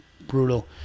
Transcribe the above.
brutal